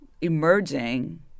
emerging